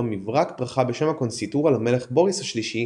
מברק ברכה בשם הקונסיסטוריה למלך בוריס השלישי